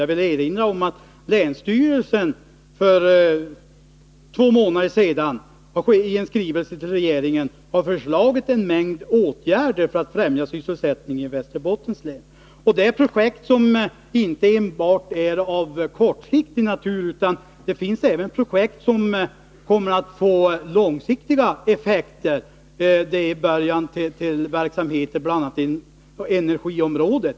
Jag vill erinra om att länsstyrelsen i en skrivelse till regeringen för två månader sedan föreslagit en mängd åtgärder för att främja sysselsättningen i Västerbottens län. Det gäller projekt som inte enbart är av kortsiktig natur utan även sådana som kommer att få långsiktiga effekter, bl.a. början till verksamheter på energiområdet.